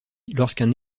lorsqu’un